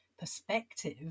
perspective